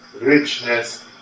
richness